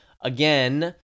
again